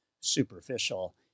superficial